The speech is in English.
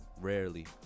rarely